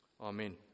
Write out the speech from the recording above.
Amen